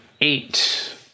eight